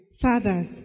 fathers